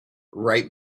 right